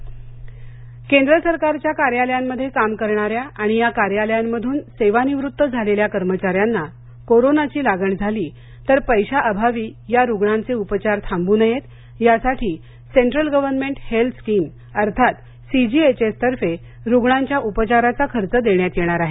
CGHS केंद्र सरकारच्या कार्यालयांमध्ये काम करणाऱ्या आणि या कार्यालयांमधून सेवानिवृत्त झालेल्या कर्मचाऱ्यांना कोरोनाची लागण झाली तर पेशाअभावी या रूग्णांचे उपचार थांबू नयेत यासाठी सेंटूल गव्हर्नमेंट हेल्थ स्किम अर्थात सी जी एच एस तर्फे रूग्णांच्या उपचाराचा खर्च देण्यात येणार आहे